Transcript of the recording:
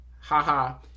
Ha-ha